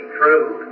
true